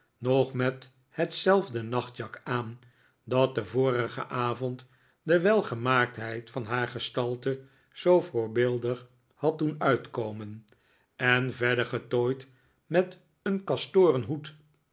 nog met hetzelf de nachtjak aan dat den vorigen avond de welgemaaktheid van haar gestalte zoo voordeelig had doen uitkomen en verder getooid met een kastoren hoed